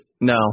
no